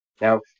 Now